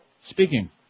Speaking